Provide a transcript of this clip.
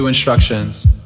instructions